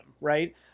right